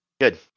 good